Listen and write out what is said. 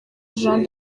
jean